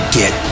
get